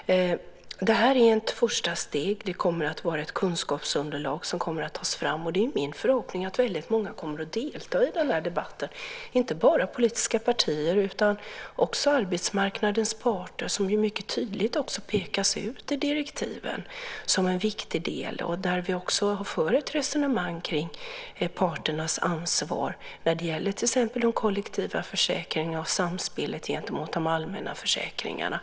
Det här är ett första steg. Det kommer att vara ett kunskapsunderlag som kommer att tas fram. Det är min förhoppning att väldigt många kommer att delta i den här debatten, inte bara politiska partier utan också arbetsmarknadens parter, som också mycket tydligt pekas ut i direktiven som en viktig del. Vi för också ett resonemang kring parternas ansvar när det gäller till exempel de kollektiva försäkringarna och samspelet med de allmänna försäkringarna.